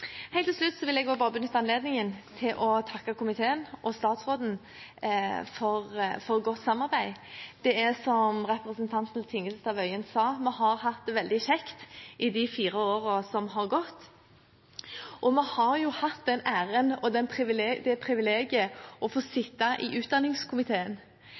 Helt til slutt vil jeg også benytte anledningen til å takke komiteen og statsråden for godt samarbeid. Det er som representanten Tingelstad Wøien sa: Vi har hatt det veldig kjekt i de fire årene som har gått. Vi har jo hatt den æren og det privilegiet å få